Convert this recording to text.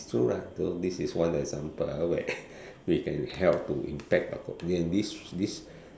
true lah so this is one example where we can help to this this